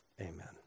amen